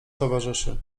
towarzyszy